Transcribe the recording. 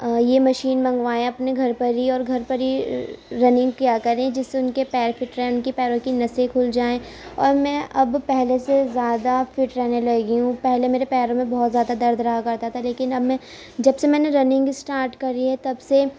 یہ مشین منگوائیں اپنے گھر پر ہی اور گھر پر ہی رننگ کیا کریں جس سے ان کے پیر فٹ رہیں ان کی پیروں کی نسیں کھل جائیں اور میں اب پہلے سے زیادہ فٹ رہنے لگی ہوں پہلے میرے پیروں میں بہت زیادہ درد رہا کرتا تھا لیکن اب میں جب سے میں نے رننگ اسٹارٹ کری ہے تب سے